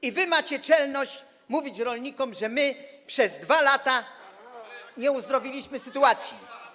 I wy macie czelność mówić rolnikom, że my przez 2 lata nie uzdrowiliśmy sytuacji?